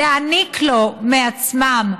להעניק לו מעצמם,